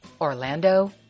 Orlando